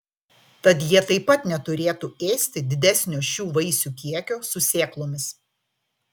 tad jie taip pat neturėtų ėsti didesnio šių vaisių kiekio su sėklomis